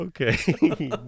okay